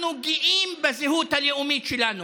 אנחנו גאים בזהות הלאומית שלנו.